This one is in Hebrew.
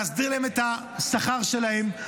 להסדיר להם את השכר שלהם.